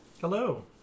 Hello